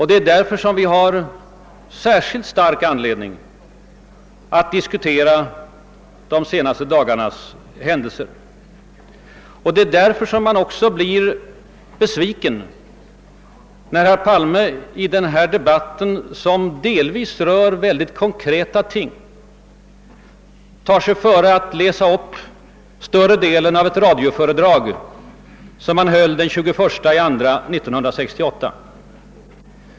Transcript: Det är därför som vi har särskilt stark anledning att diskutera de senaste dagarnas händelser, och det är därför som man också blir besviken, när herr Palme i denna debatt, som delvis rör synnerligen konkreta ting, tar sig före att läsa upp större delen av ett radioföredrag, som han höll den 21 februari 1968.